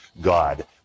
God